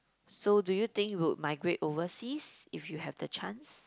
so do you think you would migrate overseas if you have the chance